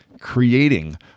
creating